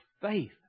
faith